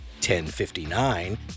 1059